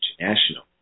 international